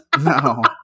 No